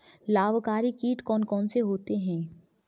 लाभकारी कीट कौन कौन से होते हैं?